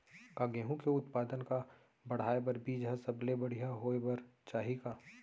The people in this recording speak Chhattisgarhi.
का गेहूँ के उत्पादन का बढ़ाये बर बीज ह सबले बढ़िया होय बर चाही का?